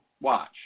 watch